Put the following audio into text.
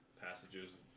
passages